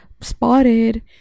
spotted